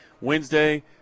Wednesday